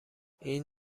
این